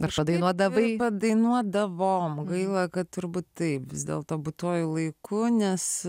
tarša dainuodavai dainuodavome gaila kad turbūt tai vis dėlto būtuoju laiku nes